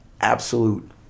absolute